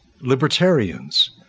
libertarians